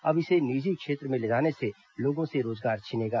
अब इसे निजी क्षेत्र में ले जाने से लोगों से रोजगार छिनेगा